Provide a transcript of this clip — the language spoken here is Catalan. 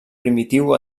primitiu